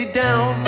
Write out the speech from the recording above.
down